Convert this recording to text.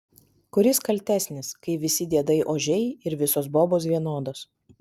kuris kaltesnis kai visi diedai ožiai ir visos bobos vienodos